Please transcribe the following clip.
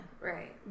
Right